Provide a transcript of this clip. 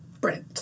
Brent